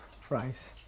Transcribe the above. fries